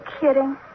kidding